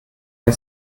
ihr